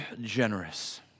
generous